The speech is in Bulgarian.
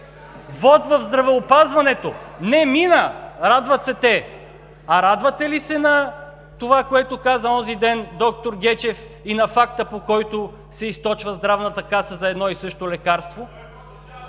Вот в здравеопазването. Не мина – радват се те! А радвате ли се на това, което каза онзи ден доктор Гечев, и на факта, по който се източва Здравната каса за едно и също лекарство?